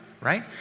Right